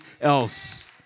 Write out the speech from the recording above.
else